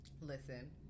listen